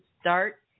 Start